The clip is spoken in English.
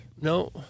No